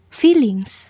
feelings